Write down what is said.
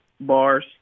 bars